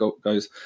guys